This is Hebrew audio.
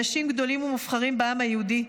אנשים גדולים ומובחרים בעם היהודי,